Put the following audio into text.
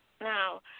Now